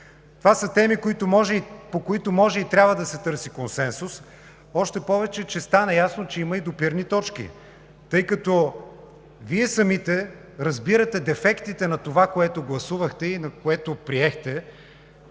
Това са теми, по които може и трябва да се търси консенсус, още повече стана ясно, че има и допирни точки. Вие самите разбирате дефектите на това, което гласувахте и приехте,